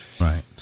Right